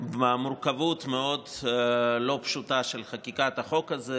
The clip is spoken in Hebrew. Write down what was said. עם המורכבות המאוד לא פשוטה של חקיקת החוק הזה,